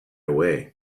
away